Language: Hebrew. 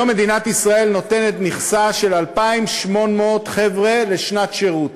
היום מדינת ישראל נותנת מכסה של 2,800 חבר'ה לשנת שירות,